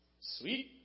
sweet